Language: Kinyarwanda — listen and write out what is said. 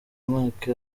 mwaka